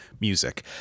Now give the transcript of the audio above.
music